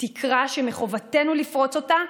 תקרה שמחובתנו לפרוץ אותה,